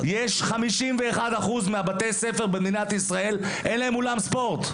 ל-51% מבתי הספר במדינת ישראל אין אולם ספורט,